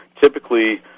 typically